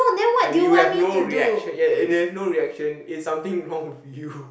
and you have no reaction ya and there's no reaction it's something wrong with you